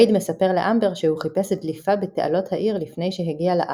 וייד מספר לאמבר שהוא חיפש דליפה בתעלות העיר לפני שהגיע ל"אח",